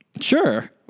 Sure